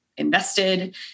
invested